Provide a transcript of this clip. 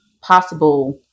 possible